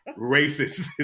racist